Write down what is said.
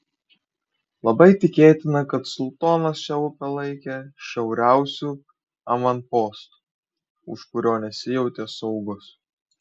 labai tikėtina kad sultonas šią upę laikė šiauriausiu avanpostu už kurio nesijautė saugus